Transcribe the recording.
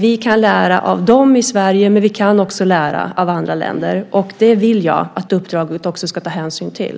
Vi kan lära av dem i Sverige. Men vi kan också lära av andra länder. Det vill jag att uppdraget också ska ta hänsyn till.